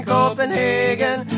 Copenhagen